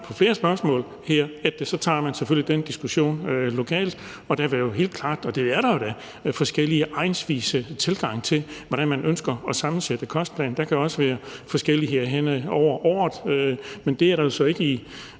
på flere spørgsmål her, at man selvfølgelig så tager den diskussion lokalt. Det er jo helt klart, at der vil være forskellige egnsvise tilgange til, hvordan man ønsker at sammensætte en kostplan, og der kan også være forskelligheder hen over året, men det er der, om jeg